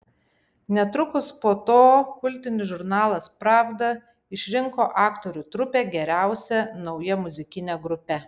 netrukus po to kultinis žurnalas pravda išrinko aktorių trupę geriausia nauja muzikine grupe